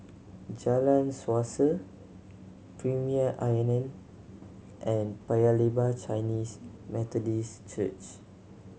Jalan Suasa Premier Inn and Paya Lebar Chinese Methodist Church